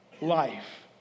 life